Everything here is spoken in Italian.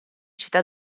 città